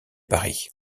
paris